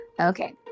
okay